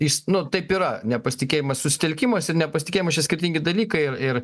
jis nu taip yra nepasitikėjimas susitelkimas ir nepasitikėjimas čia skirtingi dalykai ir ir